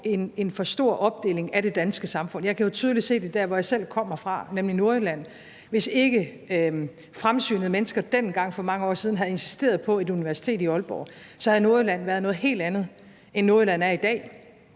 en for stor opdeling af det danske samfund. Jeg kan jo tydeligt se det der, hvor jeg selv kommer fra, nemlig Nordjylland. Hvis ikke fremsynede mennesker dengang for mange år siden havde insisteret på et universitet i Aalborg, havde Nordjylland været noget helt andet, end Nordjylland er i dag.